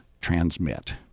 transmit